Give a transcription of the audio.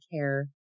care